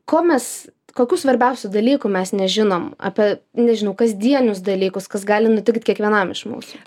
ko mes kokių svarbiausių dalykų mes nežinom apie nežinau kasdienius dalykus kas gali nutikt kiekvienam iš mūsų